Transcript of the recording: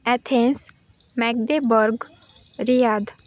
Athens Magdeburg Riyadh